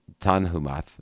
Tanhumath